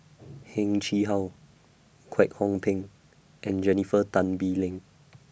Heng Chee How Kwek Hong Png and Jennifer Tan Bee Leng